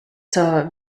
zur